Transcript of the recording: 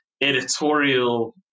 editorial